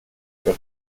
per